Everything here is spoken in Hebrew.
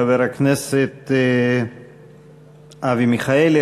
חבר הכנסת אבי מיכאלי.